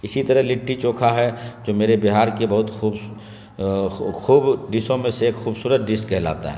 اسی طرح لٹی چوکھا ہے جو میرے بہار کے بہت خوب خوب ڈشوں میں سے ایک خوبصورت ڈش کہلاتا ہے